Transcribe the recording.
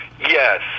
yes